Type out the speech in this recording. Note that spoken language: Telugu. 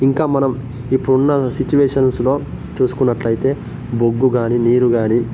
ఇంకా మనం ఇప్పుడున్న సిట్యువేషన్స్లో చూసుకున్నట్లయితే బొగ్గు గానీ నీరు గానీ